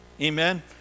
Amen